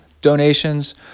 donations